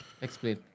Explain